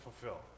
fulfill